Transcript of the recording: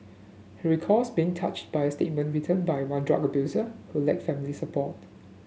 he recalls being touched by a statement written by one drug abuser who lacked family support